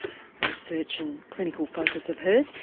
a research and clinical focus of hers.